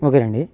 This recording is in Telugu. ఓకేనా అండీ